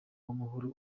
w’amahoro